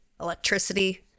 electricity